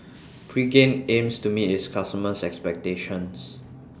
Pregain aims to meet its customers' expectations